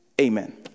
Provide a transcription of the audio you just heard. Amen